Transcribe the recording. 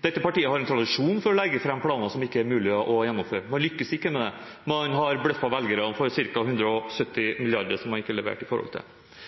Dette partiet har en tradisjon for å legge fram planer som det ikke er mulig å gjennomføre. Man lykkes ikke med det. Man har bløffet velgerne for ca. 170